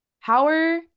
power